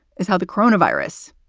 is how the corona virus,